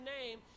name